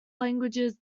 languages